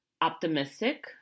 optimistic